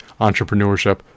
entrepreneurship